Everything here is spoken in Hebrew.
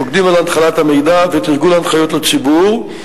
שוקדת על הנחלת המידע ותרגול ההנחיות לציבור.